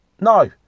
No